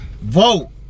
Vote